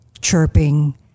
chirping